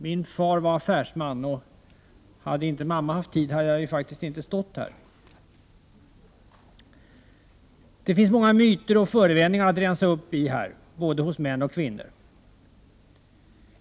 Min far var affärsman, och hade inte mamma haft tid hade jag faktiskt inte stått här. Det finns många myter och förevändningar att rensa upp bland, hos både män och kvinnor.